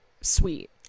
sweet